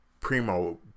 Primo